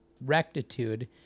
rectitude